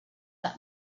that